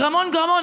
גרמון-גרמון.